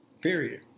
Period